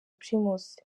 primus